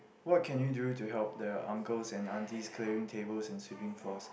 what can you do to help the uncles and aunties clearing tables and swiping floor